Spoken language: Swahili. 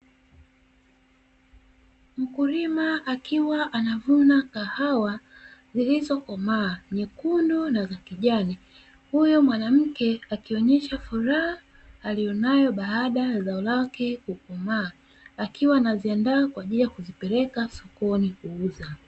Mkulima akiwa anavuna kahawa zilizokomaa nyekundu na za kijani, huyo mwanamke akionyesha furaha aliyonayo baada ya zao lake kukomaa akiwa na ziandaa kwa ajili ya kuzipeleka sokoni kuuza.